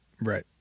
Right